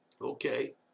Okay